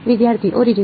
વિદ્યાર્થી ઓરિજિન